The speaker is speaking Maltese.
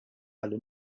ħalli